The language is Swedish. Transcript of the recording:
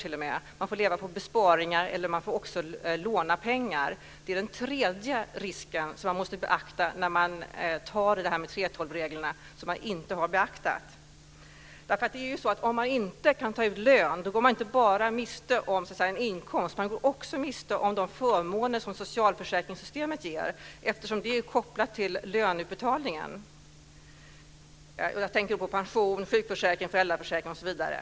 I stället får man leva på besparingar eller låna pengar. Detta är alltså den tredje risk som måste beaktas när det gäller 3:12 reglerna, något som inte beaktats. Om man inte kan ta ut lön går man miste om inte bara en inkomst utan också de förmåner som socialförsäkringssystemet ger. Det här är ju kopplat till löneutbetalningen. Jag tänker då på pension, sjukförsäkring, föräldraförsäkring osv.